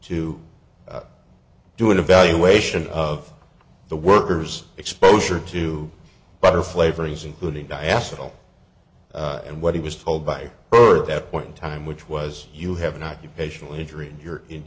to do an evaluation of the workers exposure to butter flavorings including diastole and what he was told by her at that point in time which was you have an occupational injury and you're